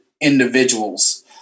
individuals